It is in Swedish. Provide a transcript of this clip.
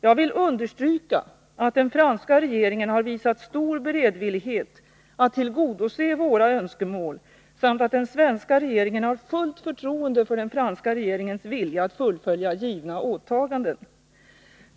Jag vill understryka att den franska regeringen har visat stor beredvillighet att tillgodose våra önskemål samt att den svenska regeringen har fullt förtroende för den franska regeringens vilja att fullfölja givna åtaganden.